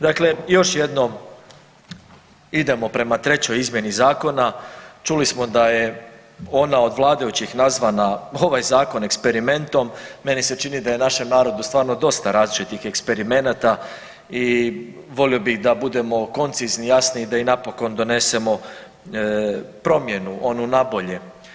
Dakle, još jednom idemo prema trećoj izmjeni zakona, čuli smo da je ona od vladajućih nazvana ovaj zakon eksperimentom, meni se čini da je našem narodu stvarno dosta različitih eksperimenata i volio bih da budemo koncizni i jasni i da napokon donesemo promjenu onu nabolje.